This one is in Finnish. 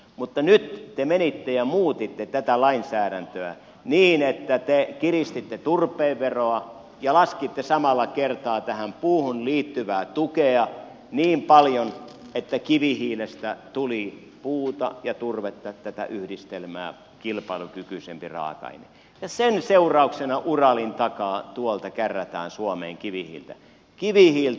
mutta nyt te menitte ja muutitte tätä lainsäädäntöä niin että te kiristitte turpeen veroa ja laskitte samalla kertaa tähän puuhun liittyvää tukea niin paljon että kivihiilestä tuli puun ja turpeen yhdistelmää kilpailukykyisempi raaka aine ja sen seurauksena tuolta uralin takaa kärrätään suomeen kivihiiltä kivihiiltä